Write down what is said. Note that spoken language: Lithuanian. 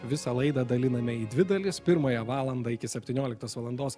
visą laidą daliname į dvi dalis pirmąją valandą iki septynioliktos valandos